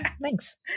Thanks